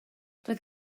doedd